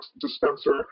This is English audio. dispenser